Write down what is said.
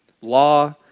Law